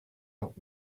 help